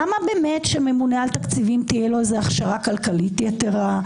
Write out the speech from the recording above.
למה באמת שממונה על תקציבים תהיה לו איזה הכשרה כלכלית יתרה?